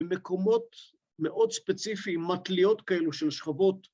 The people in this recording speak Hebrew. ‫במקומות מאוד ספציפיים, ‫מטליות כאלו של שכבות.